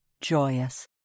joyous